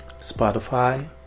Spotify